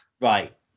right